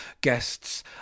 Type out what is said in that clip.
guests